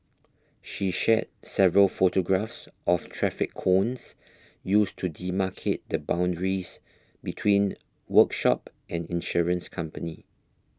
she shared several photographs of traffic cones used to demarcate the boundaries between workshop and insurance company